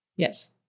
Yes